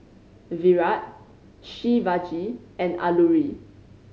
Virat Shivaji and Alluri